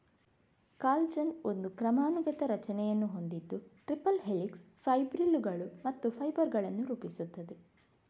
collagen ಒಂದು ಕ್ರಮಾನುಗತ ರಚನೆಯನ್ನು ಹೊಂದಿದ್ದು ಟ್ರಿಪಲ್ ಹೆಲಿಕ್ಸ್, ಫೈಬ್ರಿಲ್ಲುಗಳು ಮತ್ತು ಫೈಬರ್ ಗಳನ್ನು ರೂಪಿಸುತ್ತದೆ